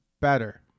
better